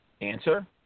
Answer